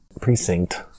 precinct